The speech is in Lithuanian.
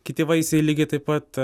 kiti vaisiai lygiai taip pat